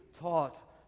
taught